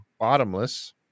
bottomless